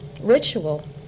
ritual